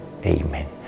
Amen